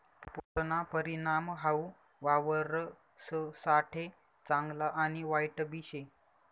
पुरना परिणाम हाऊ वावरससाठे चांगला आणि वाईटबी शे